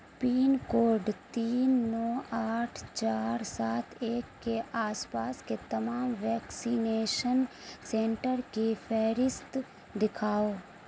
pain code تین نو آٹھ چار سات ایک کے آس پاس کے تمام ویکسینیشن سنٹر کی فہرست دکھاؤ